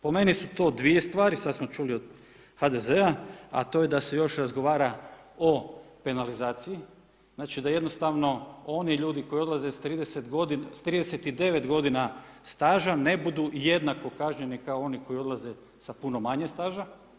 Po meni su to dvije stvari, sad smo čuli od HDZ-a, a to je da se još razgovara o penalizaciji, znači da jednostavno oni ljudi koji odlaze sa 39 g. staža ne budu jednako kažnjeni koji odlaze sa puno manje staža.